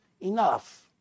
enough